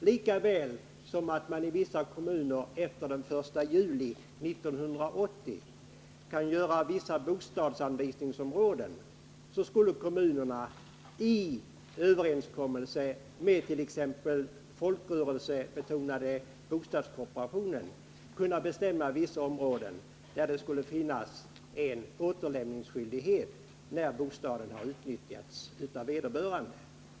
På samma sätt som man i vissa kommuner efter den 1 juli 1980 kan besluta om vissa bostadsanvisningsom råden, så skulle kommunerna efter överenskommelse med t.ex. den folkrörelsebetonade bostadskooperationen kunna anvisa vissa områden med återlämningsskyldighet när avflyttning sker. Nya medlemmar i t.ex. HSB väntar på en bostad och bör då komma i fråga.